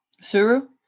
Suru